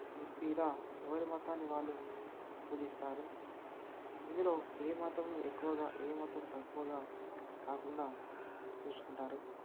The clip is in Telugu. ఇలా ఎవరి మతాన్ని వాళ్లు పూజిస్తారు ఇందులో ఏ మాత్రం ఎక్కువగా ఏ మతం తక్కువగా కాకుండా చూసుకుంటారు